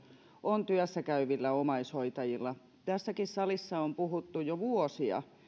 on työssä käyvillä omaishoitajilla tässäkin salissa on puhuttu jo vuosia